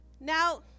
Now